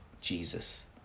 Jesus